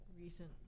recent